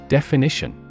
Definition